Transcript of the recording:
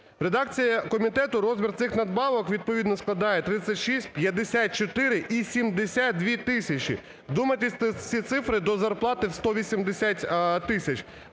редакції комітету, розмір цих надбавок відповідно складає 36, 54 і 72 тисячі. Вдумайтесь в ці цифри до зарплати в 180 тисяч.